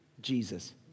Jesus